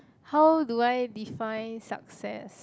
how do I define success